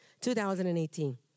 2018